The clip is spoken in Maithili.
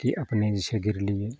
की अपने जे छै गिरलियै